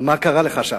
מה קרה לך שם?